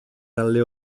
dalle